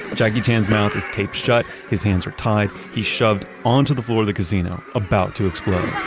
jackie chan's mouth is taped shut, his hands are tied. he's shoved onto the floor of the casino, about to explode.